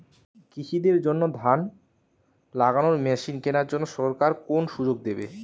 কৃষি দের জন্য ধান লাগানোর মেশিন কেনার জন্য সরকার কোন সুযোগ দেবে?